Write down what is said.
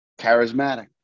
charismatic